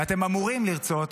ואתם אמורים לרצות,